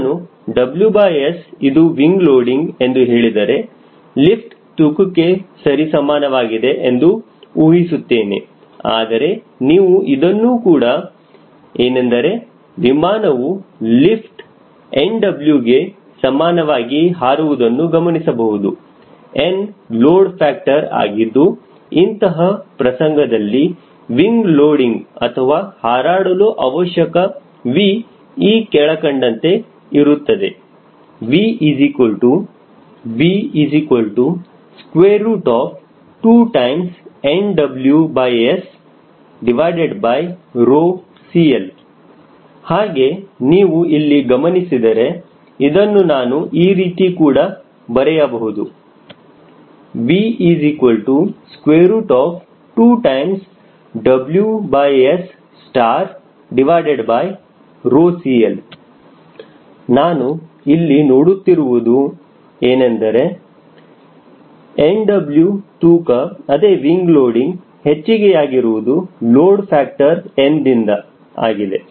ನಾನು WS ಇದು wing loading ಎಂದು ಹೇಳಿದರೆ ಲಿಫ್ಟ್ ತೂಕಕ್ಕೆ ಸರಿಸಮಾನವಾಗಿದೆ ಎಂದು ಊಹಿಸುತ್ತೇನೆ ಆದರೆ ನೀವು ಇದನ್ನು ಕೂಡ ಏನೆಂದರೆ ವಿಮಾನವು ಲಿಫ್ಟ್ n W ಗೆ ಸಮಾನವಾಗಿ ಹಾರುವುದನ್ನು ಗಮನಿಸಬಹುದು n ಲೋಡ್ ಫ್ಯಾಕ್ಟರ್ ಆಗಿದ್ದು ಇಂತಹ ಪ್ರಸಂಗದಲ್ಲಿ ವಿಂಗ ಲೋಡಿಂಗ್ ಅಥವಾ ಹಾರಾಡಲು ಅವಶ್ಯಕ V ಈ ಕೆಳಕಂಡಂತೆ ಇರುತ್ತದೆ V2nWS CL ಹಾಗೆ ನೀವು ಇಲ್ಲಿ ಗಮನಿಸಿದರೆ ಇದನ್ನು ನಾನು ಈ ರೀತಿ ಕೂಡ ಬರೆಯಬಹುದು V2WS CL ನಾನು ಇಲ್ಲಿ ನೋಡುತ್ತಿರುವುದು WS ಏನೆಂದರೆ nW ತೂಕ ಅದೇ ವಿಂಗ ಲೋಡಿಂಗ್ ಹೆಚ್ಚಿಗೆ ಯಾಗಿರುವುದು ಲೋಡ್ ಫ್ಯಾಕ್ಟರ್ n ದಿಂದ ಆಗಿದೆ